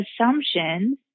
assumptions